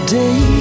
day